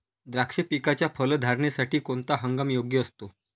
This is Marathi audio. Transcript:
द्राक्ष पिकाच्या फलधारणेसाठी कोणता हंगाम योग्य असतो?